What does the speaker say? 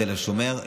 תל השומר,